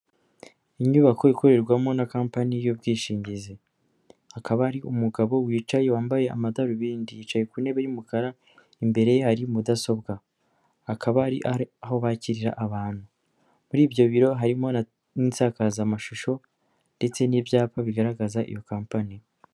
Inyubako ikorerwamo na kampani y'ubwishingizi, hakaba hari umugabo wicaye wambaye amadarubindi, yicaye ku ntebe y'umukara, imbere ari mudasobwa, hakaba ari aho bakirira abantu, muri ibyo biro harimo n'isakazamashusho, ndetse n'ibyapa bigaragaza iyo kompani.